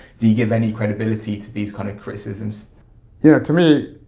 do you give any credibility to these kind of criticisms? you know to me,